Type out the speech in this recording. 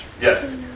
Yes